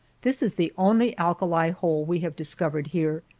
this is the only alkali hole we have discovered here.